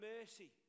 mercy